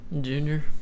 Junior